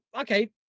Okay